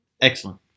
Excellent